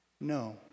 No